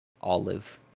olive